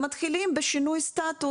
בשום אופן לא.